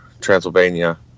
Transylvania